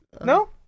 No